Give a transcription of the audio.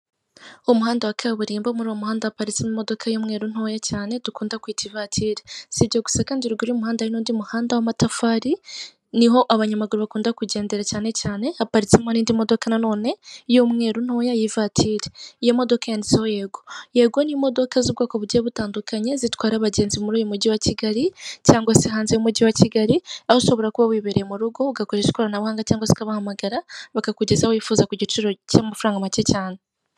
Umuhanda wa kaburimbo muri uwo muhanda haparitsemo imodoka y'umweru ntoya cyane dukunda kwita ivatire, sibyo gusa kandi ruguru y'umuhanda n'undi muhanda w'amatafari ni ho abanyamaguru bakunda kugendera cyane cyane haparitsemo n'indi modoka, na none y'umweru ntoya y'ivatire, iyo modoka yanditseho yego. Yego ni imodoka z'ubwoko bugiye butandukanye zitwara abagenzi muri uyu mujyi wa kigali cyangwa se hanze y'umujyi wa kigali aho ushobora kuba wibereye mu rugo ugakoresha ikoranabuhanga cyangwa se ukabahamagara bakakugezaho wifuza ku giciro cy'amafaranga make cyane.